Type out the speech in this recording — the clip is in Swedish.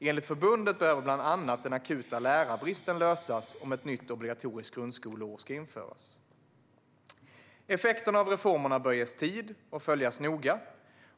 Enligt förbundet behöver bland annat den akuta lärarbristen lösas om ett nytt obligatoriskt grundskoleår ska införas. Effekterna av reformerna bör ges tid och följas noga.